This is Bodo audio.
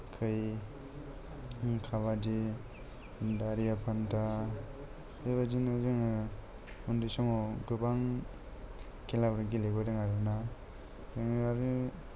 खै खाबादि दारिया फान्था बेबायदिनो जोङो उन्दै समाव गोबां खेलाफोर गेलेबोदों आरोना ओनिफ्राय आरो